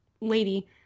lady